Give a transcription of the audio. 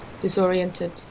disoriented